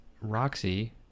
Roxy